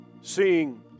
seeing